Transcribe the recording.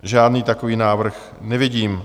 Žádný takový návrh nevidím.